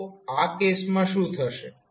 તો આ કેસમાં શું થશે